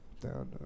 Down